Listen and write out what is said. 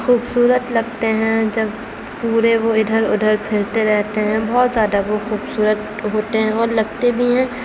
خوبصورت لگتے ہیں جب پورے وہ ادھر ادھرپھرتے رہتے ہیں بہت زیادہ وہ خوبصورت ہوتے ہیں اور لگتے بھی ہیں